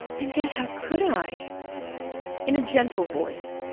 and yet how could i in a gentle voice.